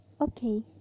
Okay